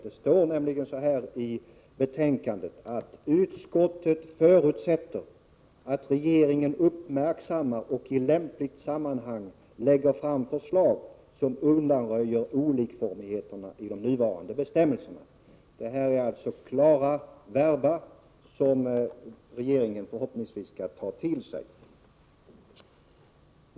Det står så här i betänkandet: ”Utskottet förutsätter att regeringen uppmärksammar problemet och i lämpligt sammanhang lägger fram förslag som undanröjer olikformigheten i de nuvarande bestämmelserna.” Detta är klara verba som regeringen förhoppningsvis skall ta till sig.